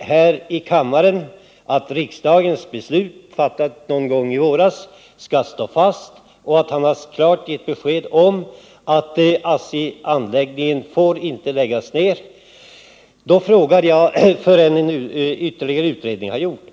här i kammaren att riksdagens beslut, fattat någon gång i våras, står fast och att ASSI-anläggningen inte får läggas ned, förrän en ytterligare utredning har gjorts.